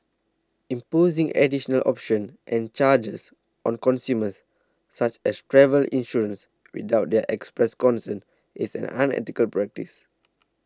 imposing additional options and charges on consumers such as travel insurance without their express consent is an unethical practice